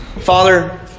Father